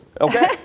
Okay